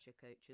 coaches